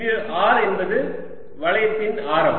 இங்கு R என்பது வளையத்தின் ஆரம்